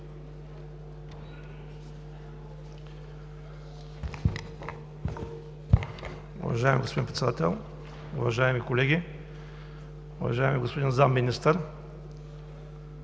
Уважаема госпожо Председател, уважаеми колеги, уважаеми господин Министър!